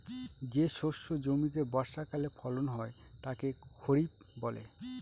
যে শস্য জমিতে বর্ষাকালে ফলন হয় তাকে খরিফ বলে